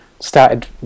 started